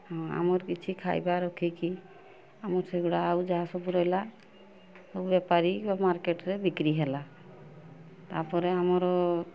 ହଁ ଆମର କିଛି ଖାଇବା ରଖିକି ଆମର ସେଗୁଡ଼ା ଆଉ ଯାହା ସବୁ ରହିଲା ସବୁ ବେପାରୀ ମାର୍କେଟ୍ରେ ବିକ୍ରି ହେଲା ତାପରେ ଆମର